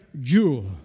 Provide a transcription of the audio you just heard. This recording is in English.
jewel